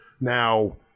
Now